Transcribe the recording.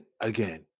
again